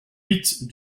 mythe